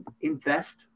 invest